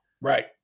Right